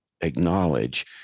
acknowledge